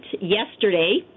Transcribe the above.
yesterday